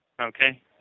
Okay